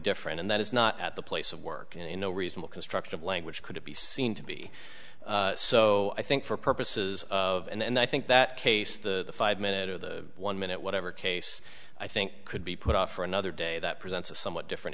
different and that is not at the place of work you know reasonable constructive language could be seen to be so i think for purposes of and i think that case the five minute or the one minute whatever case i think could be put off for another day that presents a somewhat different